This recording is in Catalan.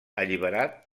alliberat